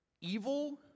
evil